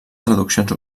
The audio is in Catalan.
traduccions